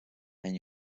and